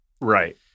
right